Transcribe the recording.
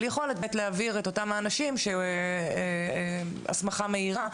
יכולת באמת להעביר את אותם האנשים להסמכה מהירה,